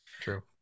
True